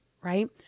right